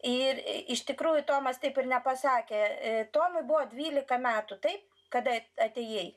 ir iš tikrųjų tomas taip ir nepasakė tomui buvo dvylika metų taip kada atėjai